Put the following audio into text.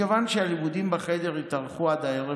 מכיוון שהלימודים בחיידר התארכו עד הערב,